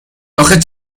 آخه